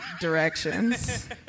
directions